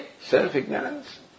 self-ignorance